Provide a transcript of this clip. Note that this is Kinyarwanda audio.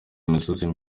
imisozi